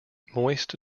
moist